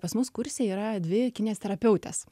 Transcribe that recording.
pas mus kurse yra dvi kinezterapeutės